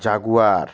jaguar